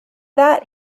that